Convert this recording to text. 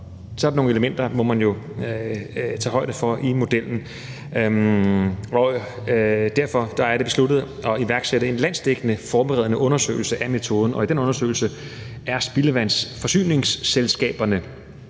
Så sådan nogle elementer må man jo tage højde for i modellen. Derfor er det besluttet at iværksætte en landsdækkende forberedende undersøgelse af metoden, og i den undersøgelse er spildevandsforsyningsselskaberne